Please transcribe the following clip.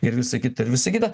ir visa kita ir visa kita